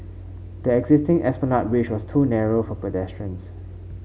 the existing Esplanade Bridge was too narrow for pedestrians